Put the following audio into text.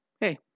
Hey